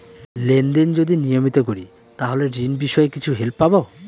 Lane দেন যদি নিয়মিত করি তাহলে ঋণ বিষয়ে কিছু হেল্প পাবো?